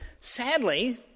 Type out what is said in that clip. Sadly